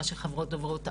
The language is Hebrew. מאשר חברות דוברות ערבית,